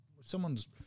someone's